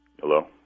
Hello